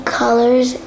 colors